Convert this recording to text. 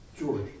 George